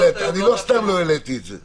איילת, לא סתם לא העליתי את זה.